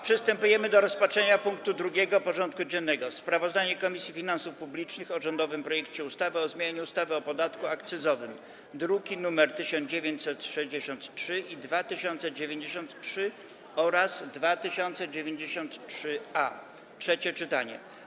Przystępujemy do rozpatrzenia punktu 2. porządku dziennego: Sprawozdanie Komisji Finansów Publicznych o rządowym projekcie ustawy o zmianie ustawy o podatku akcyzowym (druki nr 1963, 2093 i 2093-A) - trzecie czytanie.